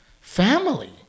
family